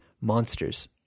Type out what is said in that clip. Monsters